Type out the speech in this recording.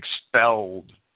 expelled